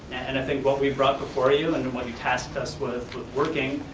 and i think what we've brought before you and and what you tasked us with working